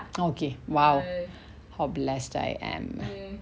okay !wow! how blessed am I